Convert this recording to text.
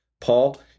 Paul